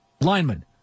lineman